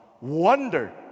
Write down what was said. Wonder